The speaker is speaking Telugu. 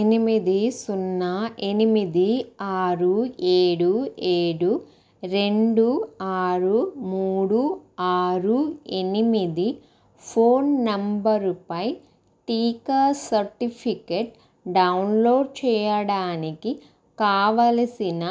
ఎనిమిది సున్నా ఎనిమిది ఆరు ఏడు ఏడు రెండు ఆరు మూడు ఆరు ఎనిమిది ఫోన్ నెంబరుపై టీకా సర్టిఫికేట్ డౌన్లోడ్ చేయడానికి కావలసిన